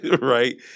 right